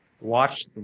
watch